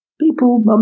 people